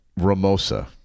Ramosa